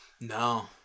no